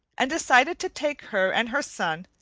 and decided to take her and her son,